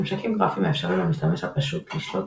ממשקים גרפיים מאפשרים למשתמש הפשוט לשלוט